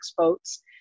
votes